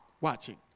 watching